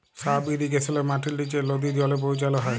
sub ইরিগেশলে মাটির লিচে লদী জলে পৌঁছাল হ্যয়